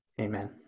Amen